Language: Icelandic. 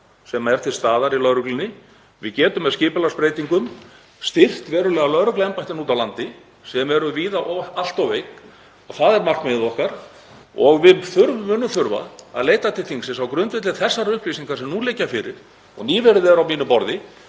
sem er til staðar í lögreglunni. Við getum með skipulagsbreytingum styrkt verulega lögregluembættin úti á landi sem eru víða allt of veik og það er markmið okkar. Við munum þurfa að leita til þingsins á grundvelli þeirra upplýsinga sem nú liggja fyrir og hafa nýverið komið á mitt borð